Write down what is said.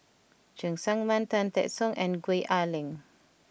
Cheng Tsang Man Tan Teck Soon and Gwee Ah Leng